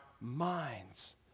minds